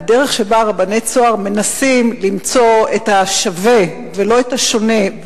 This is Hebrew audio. הדרך שבה רבני "צהר" מנסים למצוא את השווה ולא את השונה,